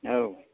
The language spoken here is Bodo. औ